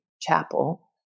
Chapel